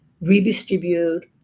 redistribute